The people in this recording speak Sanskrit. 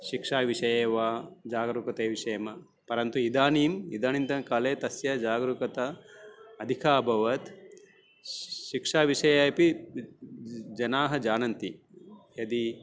शिक्षाविषये वा जागरूकता विषये वा परन्तु इदानीम् इदानीन्तनकाले तस्य जागरूकता अधिका अभवत् श् शिक्षाविषये अपि ज् जनाः जानन्ति यदि